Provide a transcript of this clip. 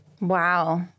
Wow